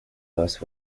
last